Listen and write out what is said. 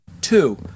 Two